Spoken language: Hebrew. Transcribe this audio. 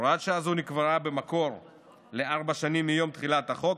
הוראת שעה זו נקבעה במקור לארבע שנים מיום תחילת החוק,